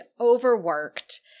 overworked